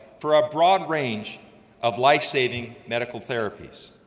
for a broad range of life-saving medical therapies,